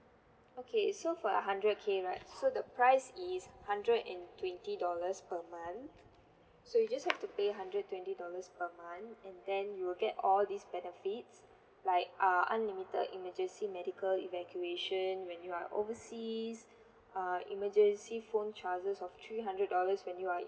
okay so for the hundred K right so the price is hundred and twenty dollars per month so you just have to pay hundred twenty dollars per month and then you will get all these benefits like uh unlimited emergency medical evacuation when you are overseas uh emergency phone charges of three hundred dollars when you are